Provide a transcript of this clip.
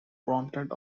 prompted